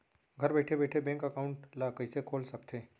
घर बइठे बइठे बैंक एकाउंट ल कइसे खोल सकथे?